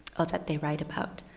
that they write about,